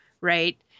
Right